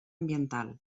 ambiental